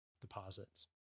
Deposits